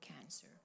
cancer